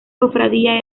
cofradía